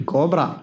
Cobra